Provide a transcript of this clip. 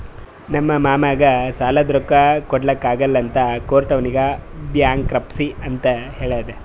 ನಮ್ ಮಾಮಾಗ್ ಸಾಲಾದ್ ರೊಕ್ಕಾ ಕೊಡ್ಲಾಕ್ ಆಗಲ್ಲ ಅಂತ ಕೋರ್ಟ್ ಅವ್ನಿಗ್ ಬ್ಯಾಂಕ್ರಪ್ಸಿ ಅಂತ್ ಹೇಳ್ಯಾದ್